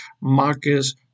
Marcus